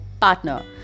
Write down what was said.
partner